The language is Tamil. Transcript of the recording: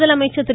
முதலமைச்சர் திரு